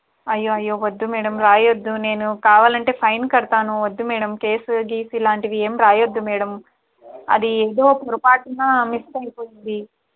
అయ్యో అయ్యో వద్దు మేడమ్ రాయవద్దు నేను కావాలంటే ఫైన్ కడతాను వద్దు మేడమ్ కేసు గీస్ ఇలాంటివి ఏం రాయవద్దు మేడమ్ అది ఏదో పొరపాటున మిస్ అయిపోయింది